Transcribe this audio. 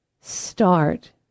start